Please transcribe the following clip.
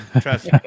Trust